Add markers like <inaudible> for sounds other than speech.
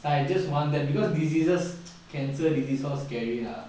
I just want that because diseases <noise> cancer disease all scary lah